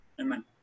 Amen